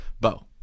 Bo